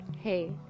hey